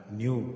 new